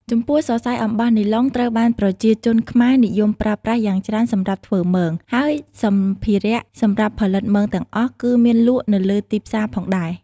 ចំពោះសរសៃអំបោះនីឡុង ត្រូវបានប្រជាជនខ្មែរនិយមប្រើប្រាស់យ៉ាងច្រើនសម្រាប់ធ្វើមង ហើយសម្ភារៈសម្រាប់ផលិតមងទាំងអស់ គឺមានលក់នៅលើទីផ្សារផងដែរ។